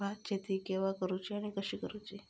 भात शेती केवा करूची आणि कशी करुची?